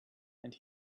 and